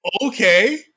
Okay